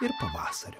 ir pavasariu